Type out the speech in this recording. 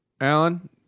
Alan